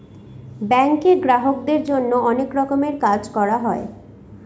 ব্যাঙ্কে গ্রাহকদের জন্য অনেক রকমের কাজ করা হয়